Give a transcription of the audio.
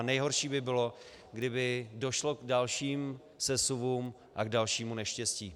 Nejhorší by bylo, kdyby došlo k dalším sesuvům a k dalšímu neštěstí.